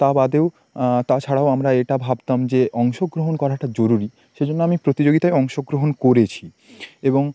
তা বাদেও তা ছাড়াও আমরা এটা ভাবতাম যে অংশগ্রহণ করাটা জরুরি সেই জন্য আমি প্রতিযোগিতায় অংশগ্রহণ করেছি এবং